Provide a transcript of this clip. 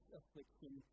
affliction